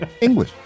english